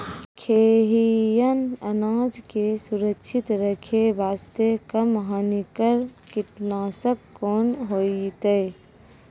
खैहियन अनाज के सुरक्षित रखे बास्ते, कम हानिकर कीटनासक कोंन होइतै?